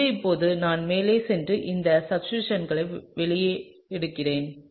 எனவே இப்போது நான் மேலே சென்று இந்த சப்ஸ்டிடூயன்ட்களை வெளியே எடுக்கிறேன்